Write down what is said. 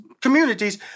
communities